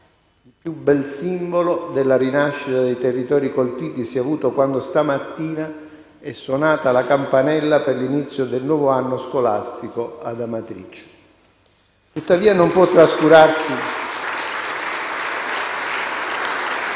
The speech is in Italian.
Il più bel simbolo della rinascita dei territori colpiti si è avuto quando, questa mattina, è suonata la campanella per l'inizio del nuovo anno scolastico ad Amatrice. Tuttavia non può trascurarsi